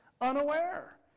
unaware